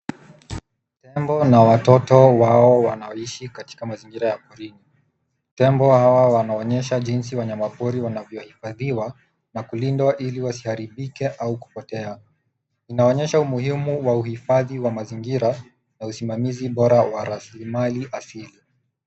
Tembo na watoto wao wanaoishi katika mazingira ya porini. Tembo hao wanaonyesha jinsi wanyama pori wanavyohifadhiwa, na kulindwa ili wasiharibike au kupotea. Inaonyesha umuhimu wa uhifadhi wa mazingira, na usimamizi bora wa rasilimali asili.